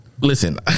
listen